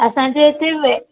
असांजे हिते वै